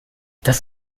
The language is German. das